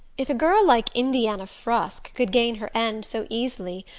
if a girl like indiana frusk could gain her end so easily,